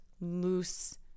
loose